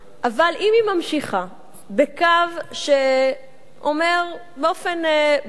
אבל היא ממשיכה בקו שאומר באופן ברור: